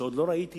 שעוד לא ראיתי,